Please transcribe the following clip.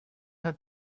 hunt